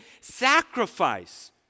sacrifice